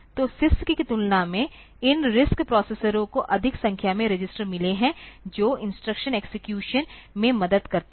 तो CISC की तुलना में इन RISC प्रोसेसरों को अधिक संख्या में रजिस्टर मिले हैं जो इंस्ट्रक्शन एक्सेक्यूशन में मदद करते हैं